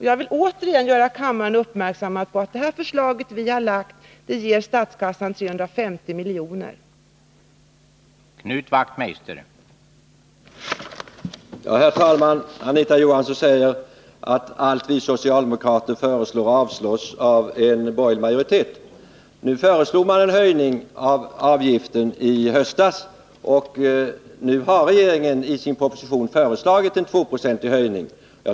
Jag vill åter göra kammaren uppmärksam på att det förslag som vi har framlagt ger statskassan 350 milj.kr.